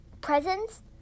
presents